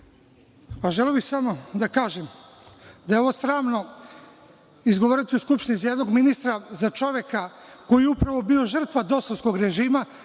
107.Želeo bih samo da kažem da je ovo sramno izgovoriti u Skupštini za jednog ministra. Za čoveka koji je upravo bio žrtva Dosovskog režima,